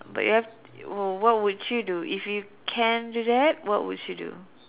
but you have oh what would you do if you can do that what would you do